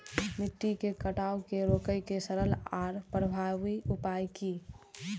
मिट्टी के कटाव के रोके के सरल आर प्रभावी उपाय की?